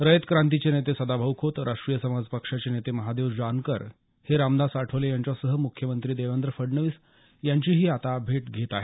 रयत क्रांतीचे नेते सदाभाऊ खोत राष्ट्रीय समाज पक्षाचे नेते महादेव जानकर हे रामदास आठवले यांच्यासह मुख्यमंत्री देवेंद्र फडणवीस यांचीही आता भेट घेत आहेत